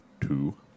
two